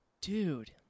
Dude